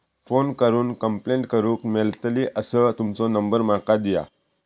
Phone करून complaint करूक मेलतली असो तुमचो नंबर माका दिया?